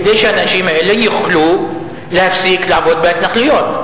כדי שהאנשים האלה יוכלו להפסיק לעבוד בהתנחלויות.